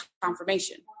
confirmation